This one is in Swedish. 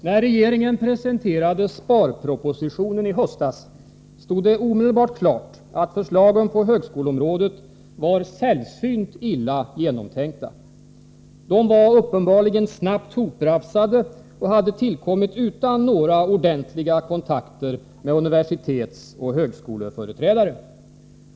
När regeringen presenterade sparpropositionen i höstas stod det omedelbart klart att förslagen på högskoleområdet var sällsynt illa genomtänkta. De var uppenbarligen snabbt hoprafsade och hade tillkommit utan några ordentliga kontakter med universitetsoch högskoleföreträdare.